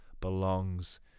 belongs